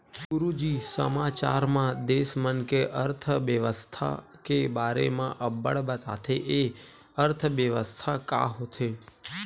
गुरूजी समाचार म देस मन के अर्थबेवस्था के बारे म अब्बड़ बताथे, ए अर्थबेवस्था का होथे?